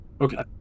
okay